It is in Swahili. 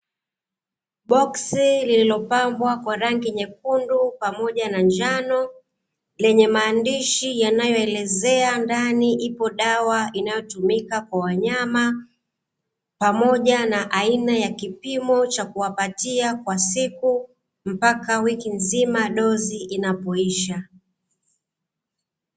Boksi lililopambwa kwa rangi nyekundu pamoja na njano, yenye maandishi yenye kuelezea ndani ipo dawa inayotumika kwa wanyama pamoja na aina ya kipimo cha kuwapatia siku mpaka wiki nzima dozi inapoisha.